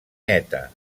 neta